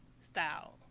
style